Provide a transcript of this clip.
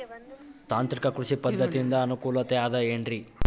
ತಾಂತ್ರಿಕ ಕೃಷಿ ಪದ್ಧತಿಯಿಂದ ಅನುಕೂಲತೆ ಅದ ಏನ್ರಿ?